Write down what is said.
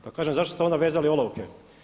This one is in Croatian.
Pa kažem zašto ste onda vezali olovke?